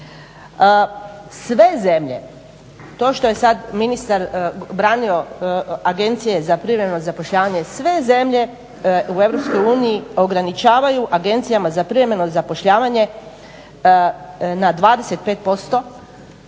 Sve zemlje to što je sada ministar branio agencije za privremeno zapošljavanje, sve zemlje u EU ograničavaju agencijama za privremeno zapošljavanje na 25%